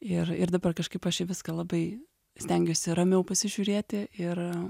ir ir dabar kažkaip aš į viską labai stengiuosi ramiau pasižiūrėti ir